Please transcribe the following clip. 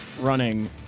running